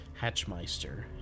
Hatchmeister